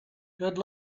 good